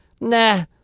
Nah